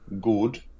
good